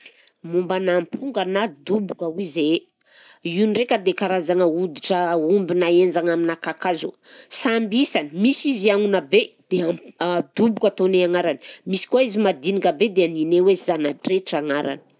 Mombanà amponga na doboka hoy zahay, io ndraika dia karazagna hoditra aomby nahenjagna aminà kakazo, samby isany: misy izy agnona be dia amp- doboka ataonay agnarany, misy koa izy madinika be dia niney hoe zana-dretra agnarany.